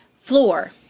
floor